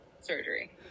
surgery